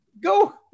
Go